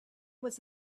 was